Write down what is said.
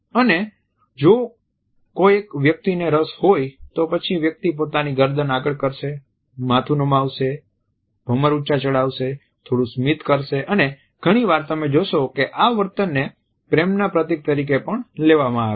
અને જો કોઈક વ્યક્તિને રસ હોય તો પછી વ્યક્તિ પોતાની ગરદન આગળ કરશે માથું નમાવશે ભમર ઉચ્ચા ચડાવશે થોડું સ્મિત કરશે અને ઘણી વાર તમે જોશો કે આ વર્તનને પ્રેમના પ્રતીક તરીકે પણ લેવામાં આવે છે